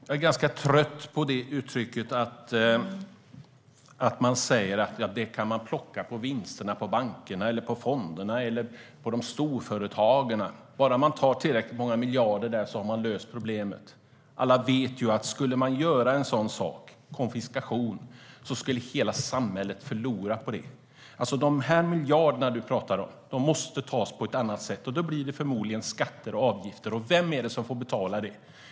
Herr talman! Jag är ganska trött på det uttrycket - att man säger att det kan man plocka från bankernas vinster, från fonderna eller från storföretagen. Bara man tar tillräckligt många miljarder därifrån har man löst problemet. Alla vet ju att skulle man göra en sådan sak - konfiskation - skulle hela samhället förlora på det. Miljarderna du talar om, Karin Rågsjö, måste tas på ett annat sätt. Då blir det förmodligen skatter och avgifter, och vem får betala det?